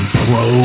pro